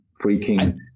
freaking